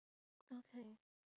okay